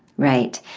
right.